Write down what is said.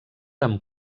amb